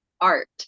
art